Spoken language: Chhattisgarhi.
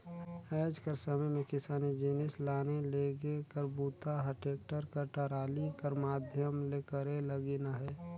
आएज कर समे मे किसानी जिनिस लाने लेगे कर बूता ह टेक्टर कर टराली कर माध्यम ले करे लगिन अहे